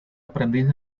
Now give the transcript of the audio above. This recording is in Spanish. aprendiz